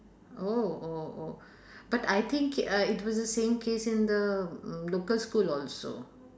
oh oh oh but I think uh it was the same case in the local school also